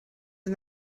den